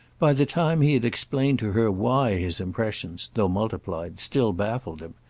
by the time he had explained to her why his impressions, though multiplied, still baffled him,